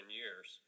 years